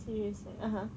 serious eh (uh huh)